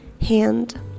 hand